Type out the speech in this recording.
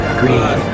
green